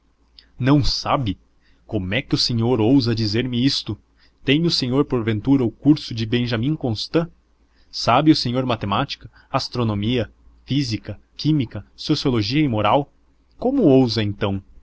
não sabe como é que o senhor ousa dizer-me isto tem o senhor porventura o curso de benjamim constant sabe o senhor matemática astronomia física química sociologia e moral como ousa então